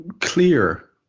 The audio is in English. clear